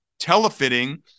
telefitting